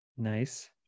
Nice